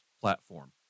platform